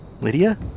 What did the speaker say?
Lydia